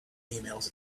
emails